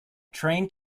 train